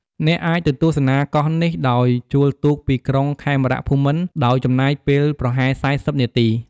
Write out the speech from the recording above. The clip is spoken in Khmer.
អ្នកអាចទៅទស្សនាកោះនេះដោយជួលទូកពីក្រុងខេមរភូមិន្ទ ដោយចំណាយពេលប្រហែល ៤០ នាទី។